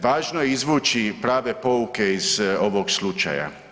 Važno je izvući prave pouke iz ovog slučaja.